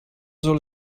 soll